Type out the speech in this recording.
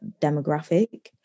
demographic